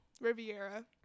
Riviera